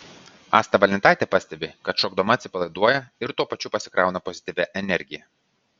asta valentaitė pastebi kad šokdama atsipalaiduoja ir tuo pačiu pasikrauna pozityvia energija